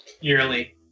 yearly